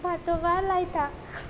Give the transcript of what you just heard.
लायता